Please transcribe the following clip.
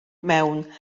mewn